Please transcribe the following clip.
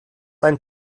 ein